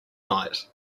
night